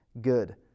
good